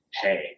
hey